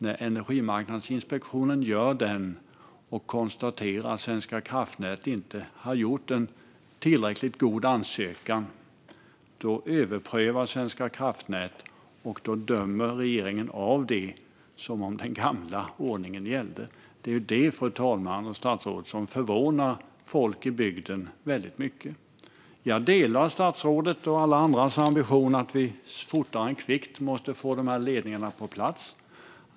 När Energimarknadsinspektionen gör den och konstaterar att Svenska kraftnät inte har gjort en tillräckligt god ansökan överprövas Svenska kraftnät, och då dömer regeringen av det som om den gamla ordningen gällde. Det är vad som förvånar människor i bygden väldigt mycket, fru talman och statsrådet. Jag delar statsrådets och alla andras ambition att vi fortare än kvickt måste få ledningarna på plats.